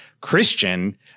Christian